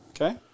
Okay